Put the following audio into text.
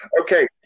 Okay